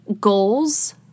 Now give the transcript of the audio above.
goals